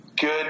good